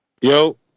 Yo